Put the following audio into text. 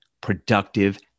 productive